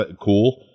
cool